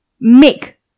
make